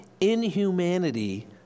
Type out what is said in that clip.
inhumanity